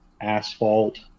asphalt